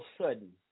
sudden